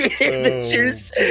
images